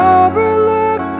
overlook